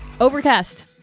Overcast